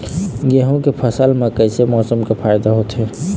गेहूं के फसल म कइसे मौसम से फायदा होथे?